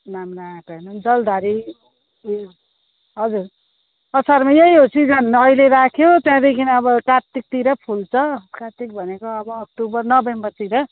नाम नआएको हेर्नु नि जलधारी उयो हजुर असारमा यही हो सिजन अहिले राख्यो त्यहाँदेखि अब कात्तिकतिर फुल्छ कात्तिक भनेको अक्टोबर नभेम्बरतिर